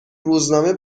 روزنامه